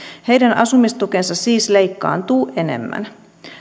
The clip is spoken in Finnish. heidän asumistukensa siis leikkaantuu enemmän